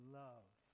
love